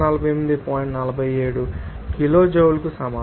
47 కిలోజౌల్లకు సమానం